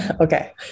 Okay